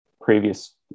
previous